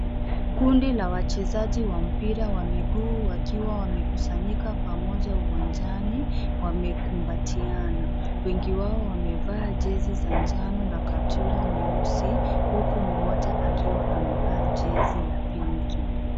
Kundi la wachezaji wa mpira wa miguu wakiwa wamekusanyika pamoja uwanjani wamekumbatiana wengi wao wamevaa jezi za njano na kaptura nyeusi huku mmoja akiwa amevaa jezi ya pinki.